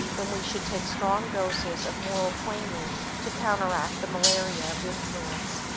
then we should take strong doses of moral quinine to counteract the malaria of influence.